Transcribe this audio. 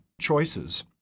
choices